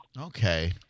Okay